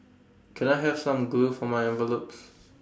can I have some glue for my envelopes